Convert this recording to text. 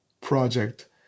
project